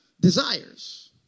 desires